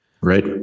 right